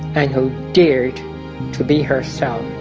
and who dared to be herself